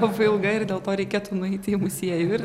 labai ilga ir dėl ko reikėtų nueiti į muziejų ir